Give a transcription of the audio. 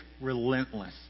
relentless